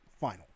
final